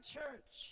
Church